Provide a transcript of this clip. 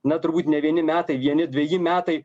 na turbūt ne vieni metai vieni dveji metai